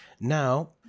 Now